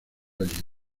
allende